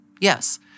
Yes